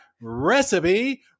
Recipe